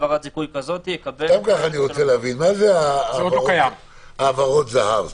אני רוצה להבין מה זה העברות זה"ב?